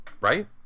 right